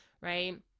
right